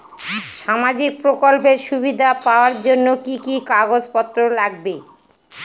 সামাজিক প্রকল্পের সুবিধা পাওয়ার জন্য কি কি কাগজ পত্র লাগবে?